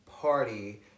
party